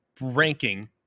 ranking